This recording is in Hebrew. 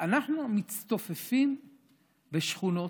אנחנו מצטופפים בשכונות,